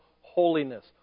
holiness